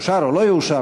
או לא יאושר,